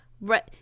right